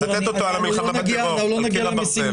צטט אותו על המלחמה בטרור, על קיר הברזל.